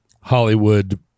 Hollywood